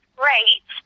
great